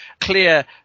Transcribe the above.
clear